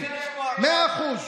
מאה אחוז,